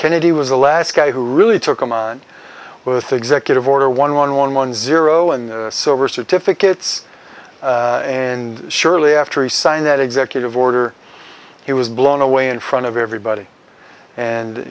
kennedy was the last guy who really took him on with the executive order one one one one zero and silver certificates in surely after he signed that executive order he was blown away in front of everybody and